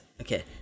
okay